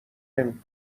نمی